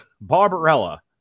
Barbarella